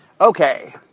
Okay